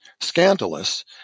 scandalous